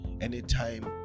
anytime